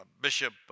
Bishop